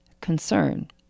concern